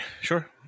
sure